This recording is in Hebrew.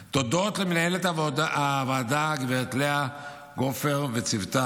תודות למנהלת הוועדה גב' גופר וצוותה: